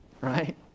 right